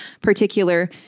particular